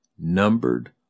Numbered